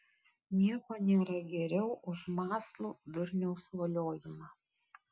nieko nėra geriau už mąslų durniaus voliojimą